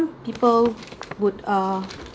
some people would uh